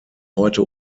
heute